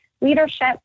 leadership